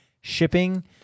shipping